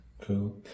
Cool